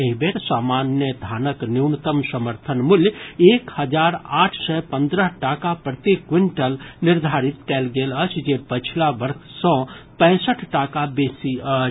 एहि बेर सामान्य धानक न्यूनतम समर्थन मूल्य एक हजार आठ सय पन्द्रह टाका प्रति क्विंटल निर्धारित कयल गेल अछि जे पछिला वर्ष सॅ पैंसठ टाका बेसी अछि